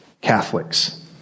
Catholics